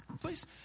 Please